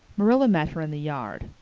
marilla met her in the yard.